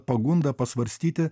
pagunda pasvarstyti